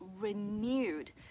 renewed